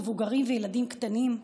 מבוגרים וילדים קטנים.